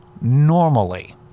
normally